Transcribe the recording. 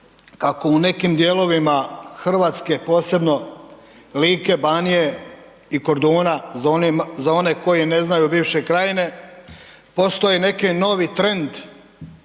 kako u nekim dijelovima Hrvatske, posebno Like, Banije i Korduna, za one koji ne znaju bivše krajine, postoji neki novi trend